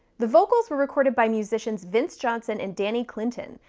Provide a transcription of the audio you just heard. the vocals were recorded by musicians vince johnson and danny clinton,